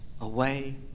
away